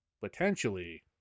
potentially